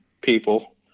people